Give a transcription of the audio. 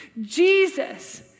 Jesus